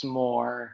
more